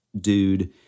dude